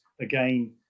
Again